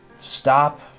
stop